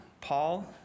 Paul